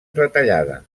retallada